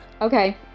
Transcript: okay